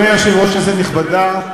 אדוני היושב-ראש, כנסת נכבדה,